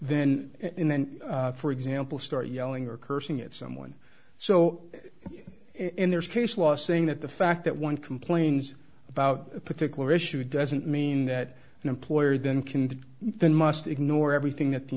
can't then for example start yelling or cursing at someone so and there's case law saying that the fact that one complains about a particular issue doesn't mean that an employer then can then must ignore everything that the